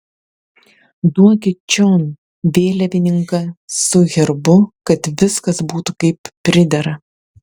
duokit čion vėliavininką su herbu kad viskas būtų kaip pridera